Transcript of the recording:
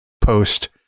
post